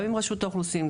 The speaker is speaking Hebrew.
גם עם רשות האוכלוסין,